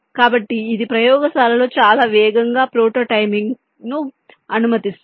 కాబట్టి ఇది ప్రయోగశాలలో చాలా వేగంగా ప్రోటోటైపింగ్ను అనుమతిస్తుంది